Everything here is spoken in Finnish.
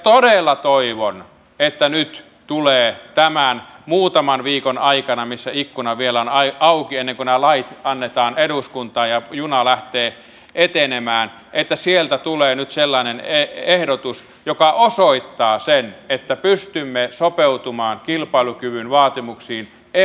todella toivon että nyt tämän muutaman viikon aikana kun ikkuna vielä on auki ennen kuin nämä lait annetaan eduskuntaan ja juna lähtee etenemään sieltä tulee nyt sellainen ehdotus joka osoittaa sen että pystymme sopeutumaan kilpailukyvyn vaatimuksiin emu olosuhteissa